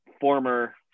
former